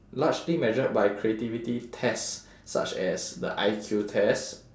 largely measured by creativity test such as the I_Q test